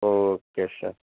okay sir